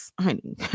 Honey